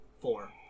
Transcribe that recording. Four